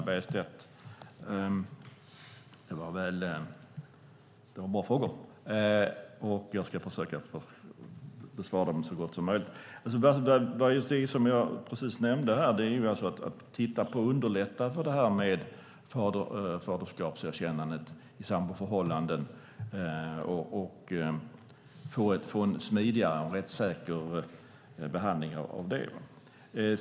Herr talman! Det var bra frågor, Hannah Bergstedt, och jag ska försöka besvara dem så gott som möjligt. Det som jag nämnde här var just att man bör titta på hur man kan underlätta det här med faderskapserkännandet i samboförhållanden och få en smidigare och rättssäker behandling av det.